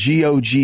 GOG